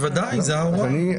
בוודאי, זה ההוראות.